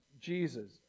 Jesus